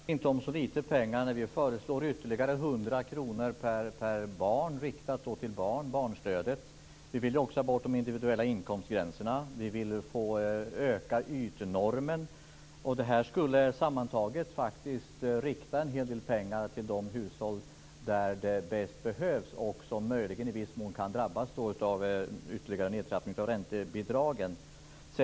Fru talman! Det handlar ändå inte om lite pengar. Vi föreslår ytterligare 100 kr per barn, riktat till barn, i barnstöd. Vi vill också ha bort de individuella inkomstgränserna. Vi vill öka ytnormen. Det här skulle sammantaget faktiskt rikta en hel del pengar till de hushåll där det bäst behövs och som möjligen i viss mån kan drabbas av en ytterligare nedtrappning av räntebidragen.